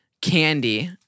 candy